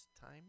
time